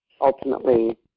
ultimately